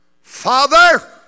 Father